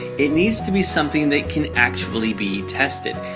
it needs to be something that can actually be tested.